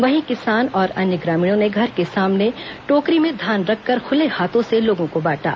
वहीं किसान और अन्य ग्रामीणों ने घर के सामने टोकरी में धान रखकर खुले हाथों से लोगों को बांटा